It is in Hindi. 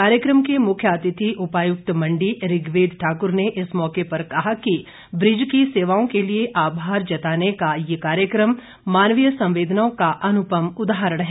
कार्यक्रम के मुख्य अतिथि उपायुक्त मंडी ऋग्वेद ठाकुर ने इस मौके पर कहा कि ब्रिज की सेवाओं के लिए आभार जताने का यह कार्यक्रम मानवीय संवेदनाओं का अनुपम उदाहरण है